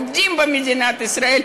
עובדים במדינת ישראל,